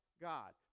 God